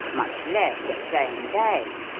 much less the same day.